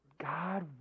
God